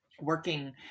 working